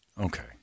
Okay